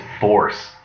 force